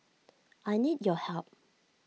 I need your help